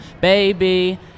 Baby